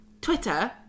twitter